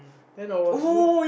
then I was so